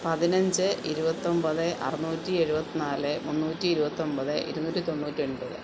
പതിനഞ്ച് ഇരുപത്തൊൻപത് അറുന്നൂറ്റി എഴുപത്തി നാല് മുന്നൂറ്റി ഇരുപത്തൊൻപത് ഇരുന്നൂറ്റി തൊണ്ണൂറ്റൊൻപത്